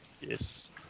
Yes